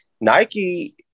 Nike